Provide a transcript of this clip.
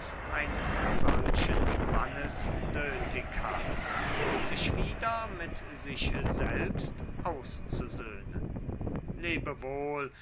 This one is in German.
eines solchen mannes nöthig hat um sich wieder mit sich selbst auszusöhnen